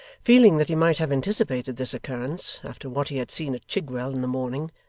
feeling that he might have anticipated this occurrence, after what he had seen at chigwell in the morning,